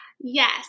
Yes